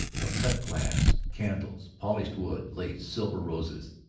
of cut-glass, candles, polished wood, lace, silver, roses.